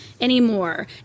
anymore